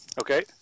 Okay